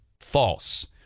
false